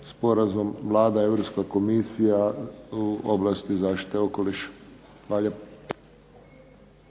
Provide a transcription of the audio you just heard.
sporazum Vlada-Europska komisija u oblasti zaštite okoliša. Hvala